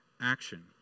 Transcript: action